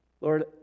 Lord